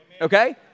Okay